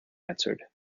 answered